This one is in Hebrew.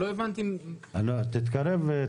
תומר,